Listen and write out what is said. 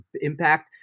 impact